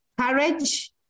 courage